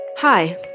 Hi